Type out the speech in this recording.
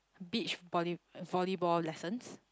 beach volley volley ball lessons